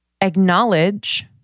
acknowledge